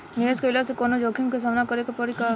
निवेश कईला से कौनो जोखिम के सामना करे क परि का?